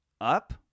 up